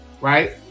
right